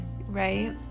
right